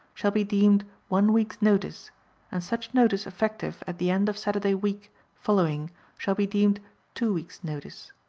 shall be deemed one week's notice and such notice effective at the end of saturday week following shall be deemed two weeks' notice.